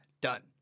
done